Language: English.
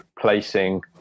placing